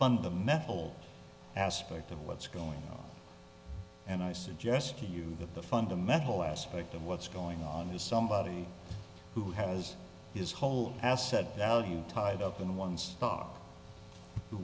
fundamental aspect of what's going on and i suggest to you that the fundamental aspect of what's going on is somebody who has his whole asset value tied up in one stock who